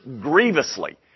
grievously